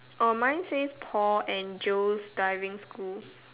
oh mine says Paul and Joe's diving school